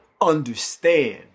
understand